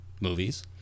movies